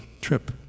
trip